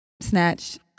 Snatched